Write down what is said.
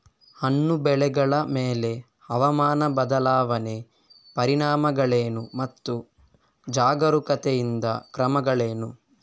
ಹಣ್ಣು ಬೆಳೆಗಳ ಮೇಲೆ ಹವಾಮಾನ ಬದಲಾವಣೆಯ ಪರಿಣಾಮಗಳೇನು ಮತ್ತು ಜಾಗರೂಕತೆಯಿಂದ ಕ್ರಮಗಳೇನು?